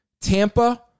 Tampa